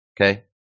Okay